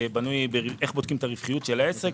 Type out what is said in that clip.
איך בודקים את הרווחיות של כל עסק?